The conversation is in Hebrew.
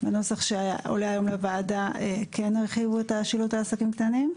בנוסח שעלה היום לוועדה כן הרחיבו את השילוט לעסקים קטנים.